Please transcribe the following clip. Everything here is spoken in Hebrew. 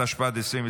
התשפ"ד 2024,